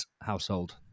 household